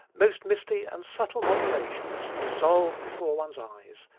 most misty and subtle modulations, dissolve before one's eyes,